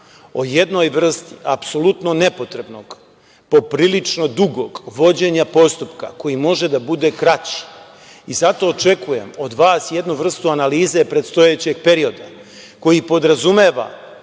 o jednoj vrsti apsolutno nepotrebnog, poprilično dugog vođenja postupka koji može da bude kraći. Zato očekujem od vas jednu vrstu analize predstojećeg perioda, koji podrazumeva